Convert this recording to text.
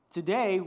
Today